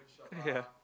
ya